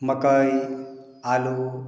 मकई आलू